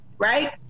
Right